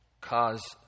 cause